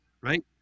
right